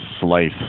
slice